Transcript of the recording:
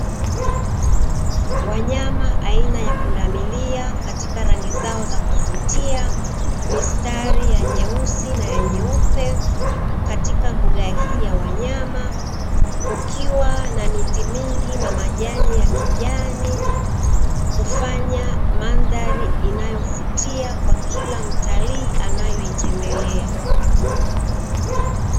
Wanyama aina ya pundamilia katika rangi zao za kuvutia, mistari ya nyeusi na ya nyeupe katika mbuga hii ya wanyama, kukiwa na miti mingi na majani ya kijani kufanya mandhari inayaovutia kwa kila mtalii anayeitembelea.